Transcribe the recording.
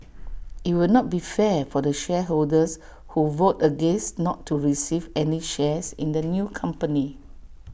IT will not be fair for the shareholders who vote against not to receive any shares in the new company